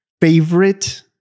Favorite